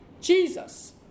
Jesus